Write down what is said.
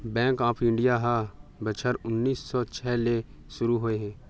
bank of India ह बछर उन्नीस सौ छै ले सुरू होए हे